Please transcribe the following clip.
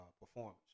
performance